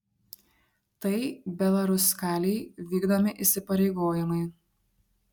tai belaruskalij vykdomi įsipareigojimai